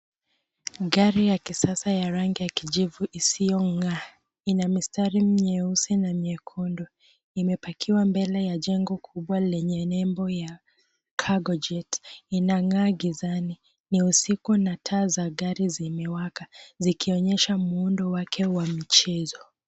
Gari ya kisasa ya rangi ya kijivu isiyong'aa. Ina mistari mieusi na miekundu. Imepakiwa mbele ya jengo kubwa lenye nembo ya Cargo Jet. Inang'aa gizani. Ni usiku na taa za gari zimewaka, zikionyesha muundo wake wa michezo.